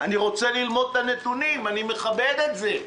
אני רוצה ללמוד את הנתונים, אני מכבד את זה,